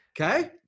Okay